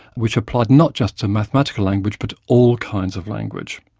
which applied not just to mathematical language but all kinds of language.